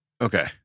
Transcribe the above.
Okay